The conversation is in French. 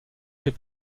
fait